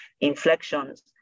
inflections